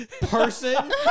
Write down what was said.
Person